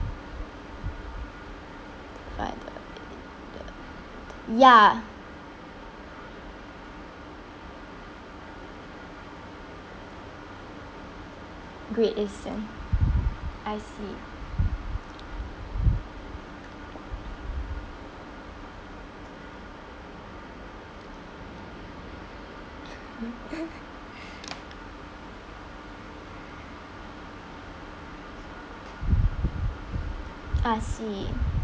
ya Great Eastern I see I see